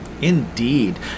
Indeed